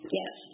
yes